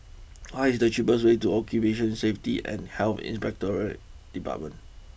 what is the cheapest way to Occupational Safety and Health Inspectorate Department